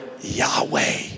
Yahweh